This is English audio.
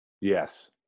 Yes